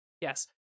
yes